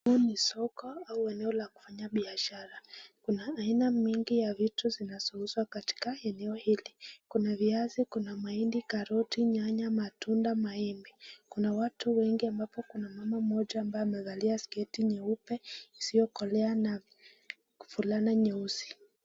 Hii ni soko ama eneo la kufanya biashara kuna iana mingi ya vitu zinazouzwa katika eneo hili kuna viazi kuna mahindi, karoti, nyanya, matunda, maembe. Kuna watu wengi ambapo kuna mama mmoja ambaye amevalia sketi nyeupe isiyokolea na fulana nyeusi.